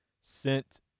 sent